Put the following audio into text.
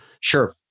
sure